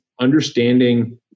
understanding